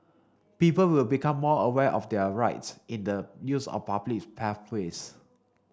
people will become more aware of their rights in the use of public pathways